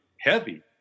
heavy